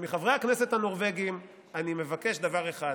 מחברי הכנסת הנורבגים אני מבקש דבר אחד: